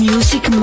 Music